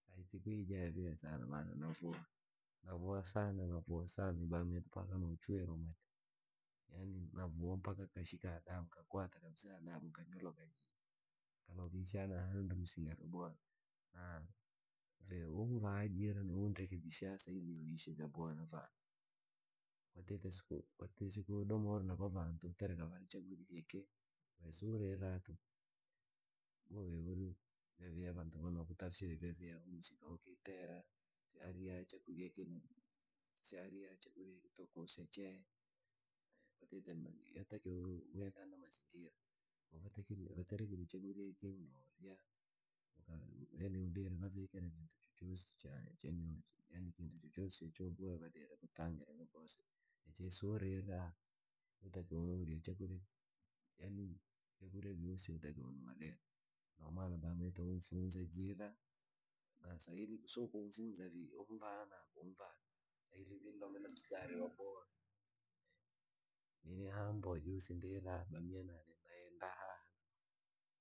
Siku yiija yaviha sana, navoa sana navoa sana mpaka nkanochwirwa mate yani navowa mpaka rikakwata adabu, nkanyoloka jii. Yaan vee unvaa jiira undrekebisha saili ngweze ishi vyaboha na vantu, kwatite siku uridoma na kwa vantu tereka vari chakurya ambacho che siurita tuku, boya uri vyaviha vantu vanokutafsiri vyaviha uhu msinga yokiteera si ariya chakurya na chee yotakiwa uendane na mazingira, ko vaterekire chakura chochosi we irya yaani udire vaviikisa kintu chochosi vadire kutangira sechee si urira. Yaani vyakurya vyoosi yotakiwa uno rya, no mana bameto unfunza jira nga sa ili so kunfunza vii unvaa na kunvaa saili vi ndome na mstari waboha yani nini mboa josi ni narira.